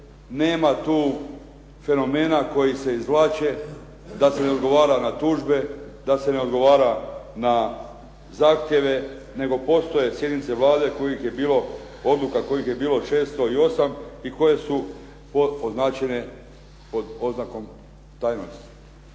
nema tu fenomena koji se izvlače da se ne odgovara na tužbe, da se ne odgovara na zahtjeve, nego postoje sjednice Vlade kojih je bilo, odluka kojih je bilo 608 i koje su označene po oznakom "tajnost".